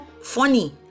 funny